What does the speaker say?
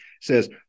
says